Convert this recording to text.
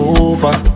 over